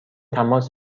تماس